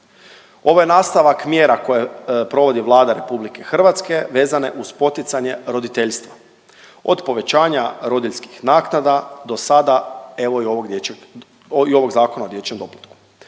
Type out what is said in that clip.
Ovo je nastavak mjera koje provodi Vlade RH vezane uz poticanje roditeljstva, od povećanja rodiljskih naknada do sada evo i ovog dječjeg i